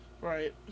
Right